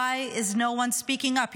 Why is no one speaking up?